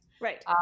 Right